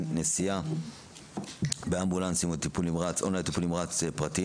נסיעה באמבולנסים לטיפול נמרץ או --- טיפול נמרץ פרטיים